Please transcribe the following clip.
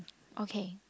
okay